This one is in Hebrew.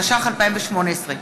התשע"ח 2018,